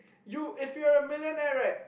you if you were a millionaire right